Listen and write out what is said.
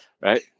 right